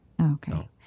Okay